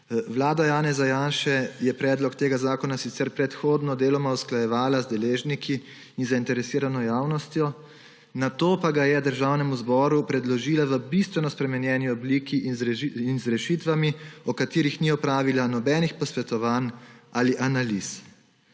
Vlada Janeza Janše je predlog tega zakona sicer predhodno deloma usklajevala z deležniki in zainteresirano javnostjo, nato pa ga je Državnemu zboru predložila v bistveno spremenjeni obliki in z rešitvami, o katerih ni opravila nobenih posvetovanj ali analiz.